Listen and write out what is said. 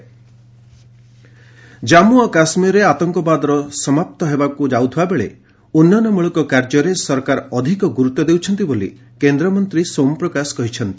minister JK visit Jammu ଓ କାଶ୍ମୀରରେ ଆତଙ୍କବାଦର ସମାପ୍ତ ହେବାକୁ ଯାଉଥିବା ବେଳେ ଉନ୍ନୟନମୂଳକ କାର୍ଯ୍ୟରେ ସରକାର ଅଧିକ ଗୁରୁତ୍ୱ ଦେଉଛନ୍ତି ବୋଲି କେନ୍ଦ୍ରମନ୍ତ୍ରୀ ସୋମ ପ୍ରକାଶ କହିଛନ୍ତି